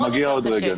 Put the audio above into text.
אגיע בעוד רגע,